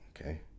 Okay